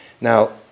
Now